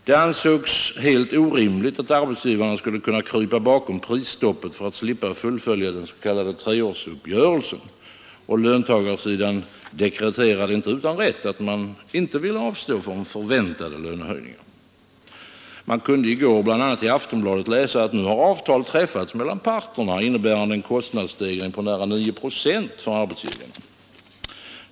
Det ansågs helt orimligt att arbetsgivarna skulle kunna krypa bakom prisstoppet för att slippa fullfölja den s.k. treårsuppgörelsen, och löntagarsidan dekreterade inte utan rätt, att man inte ville avstå från förväntade lönehöjningar. Man kunde i går bl.a. i Aftonbladet läsa att avtal nu träffats mellan parterna, innebärande en kostnadsstegring på nära 9 procent för arbetsgivarna.